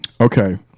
Okay